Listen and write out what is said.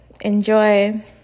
Enjoy